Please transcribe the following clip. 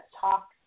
talk